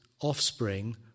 offspring